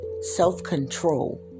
self-control